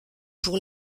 pour